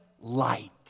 light